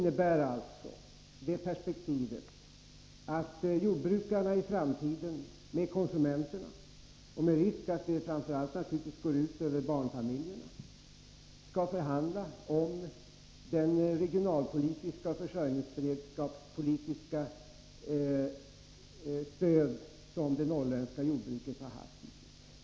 Herr talman! Detta perspektiv innebär alltså att jordbrukarna i framtiden med konsumenterna — och med risk för att det framför allt går ut över barnfamiljerna — skall förhandla om det regionalpolitiska och försörjningsberedskapspolitiska stöd som det norrländska jordbruket har haft.